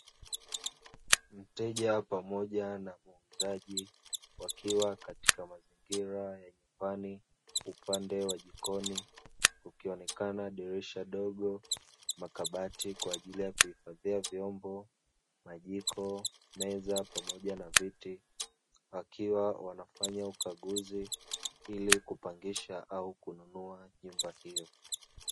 Mteja pamoja na muuzaji, wakiwa katika mazingira ya nyumbani, upande wa jikoni, kukionekana dirisha dogo, makabati kwa ajili ya kuhifadhia vyombo, majiko, meza pamoja na viti. Wakiwa wanafanya ukaguzi, ili kupangisha au kununua nyumba hiyo.